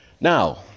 Now